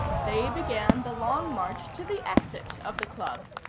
they began the long march to the exit of the club,